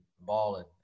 balling